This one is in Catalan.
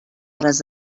hores